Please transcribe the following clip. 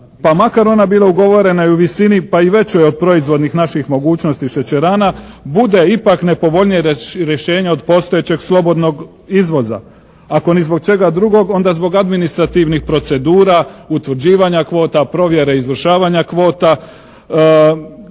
pa makar ona bila ugovorena i u visini pa i većoj od proizvodnih naših mogućnosti šećerana bude ipak nepovoljnije rješenje od postojećeg slobodnog izvoza, ako ni zbog čega drugog onda zbog administrativnih procedura utvrđivanja kvota, provjere izvršavanja kvota